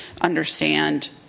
understand